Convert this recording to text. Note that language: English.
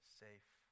safe